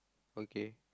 okay